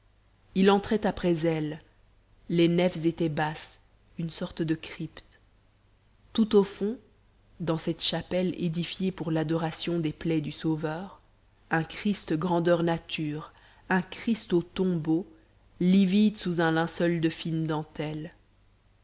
il entrait après elles les nefs étaient basses une sorte de crypte tout au fond dans cette chapelle édifiée pour l'adoration des plaies du sauveur un christ grandeur nature un christ au tombeau livide sous un linceul de fine dentelle